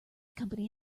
company